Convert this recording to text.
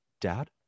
Dad